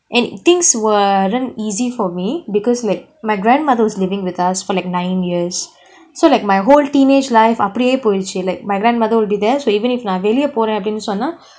and things weren't easy for me because like my grandmother was living with us for like nine years so like my whole teenage life அப்படியே போயிடுச்சி:apadiyae poyiduchi like my grandmother will be there so even if நான் வெளில போறேன் அப்படினு சொன்னா:naan velila poraen apadinu sonnaa